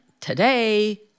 today